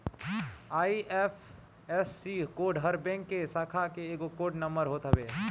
IFSC code हर bank के शाखा के एगो कोड नंबर होत हवे